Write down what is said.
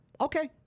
Okay